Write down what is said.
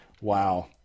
Wow